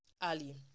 Ali